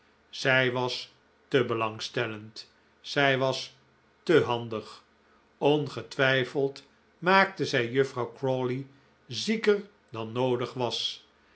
zij was te belangstellend zij was te handig ongetwijfeld maakte zij juffrouw crawley zieker dan noodig was